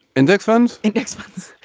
index funds, index funds,